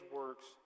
works